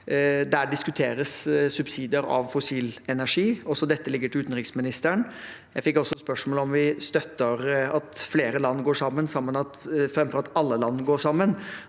Der diskuteres subsidier av fossil energi – også dette ligger til utenriksministeren. Jeg fikk også spørsmål om vi støtter at flere land går sammen framfor at alle land går sammen.